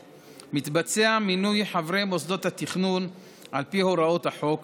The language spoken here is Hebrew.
מתבצע מינוי חברי מוסדות התכנון על פי הוראות החוק